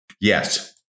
yes